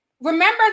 Remember